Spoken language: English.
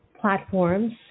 platforms